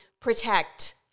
protect